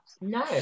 No